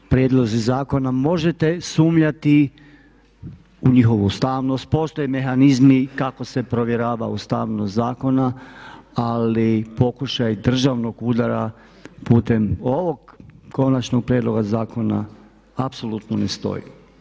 Prijedlozi zakona, možete sumnjati u njihovu ustavnost, postoje mehanizmi kako se provjerava ustavnost zakona ali pokušaj državnog udara putem ovog konačnog prijedloga zakona apsolutno ne stoji.